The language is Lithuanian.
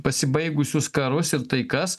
pasibaigusius karus ir taikas